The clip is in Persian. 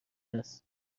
است